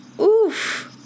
oof